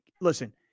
listen